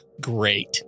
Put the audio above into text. great